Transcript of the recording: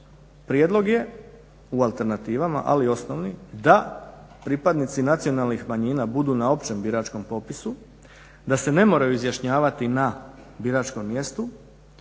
prijedlog je u alternativama ali osnovni da pripadnici nacionalnih manjina budu na općem biračkom popisu, da se ne moraju izjašnjavati na biračkom mjestu,